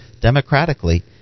democratically